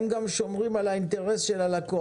הם גם שומרים על האינטרס של הלקוח.